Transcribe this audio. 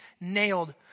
nailed